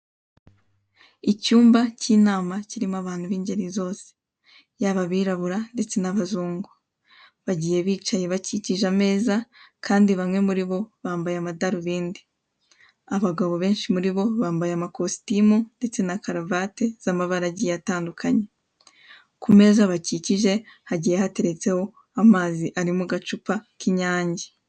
Icyumba cy'inama kirimo abantu b'ingeri zose. Yaba abirabura ndetse n'abazungu. Bagiye bicaye bakikije ameza kandi bamwe muri bo bambaye amadarubindi. Abagabo benshi muri bo bambaye amakositimu ndetse na karavate z'amabara agiye atandukanye. Ku meza bakikije hagiye hateretseho amazi ari mu gacupa k'Inyange.